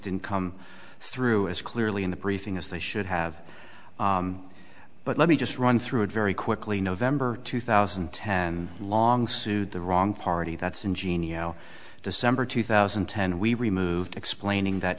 didn't come through as clearly in the briefing as they should have but let me just run through it very quickly november two thousand and ten long sued the wrong party that's ingenious december two thousand and ten we removed explaining that